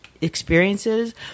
experiences